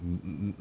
mm mm mm